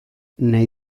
nahi